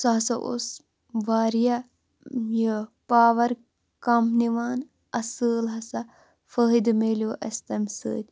سُہ ہسا اوس واریاہ یہِ پاوَر کَم نِوان اَصٕل ہسا فٲیِدٕ میلیٚو اسہِ تمہِ سۭتۍ